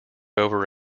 over